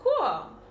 Cool